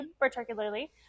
particularly